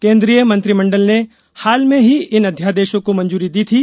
केन्द्रीय मंत्रिमंडल ने हाल में ही इन अध्यादेशों को मंजूरी दी थी